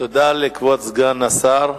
תודה לכבוד סגן השר.